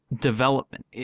development